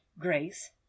grace